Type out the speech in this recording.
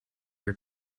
your